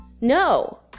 No